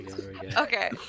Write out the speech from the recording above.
Okay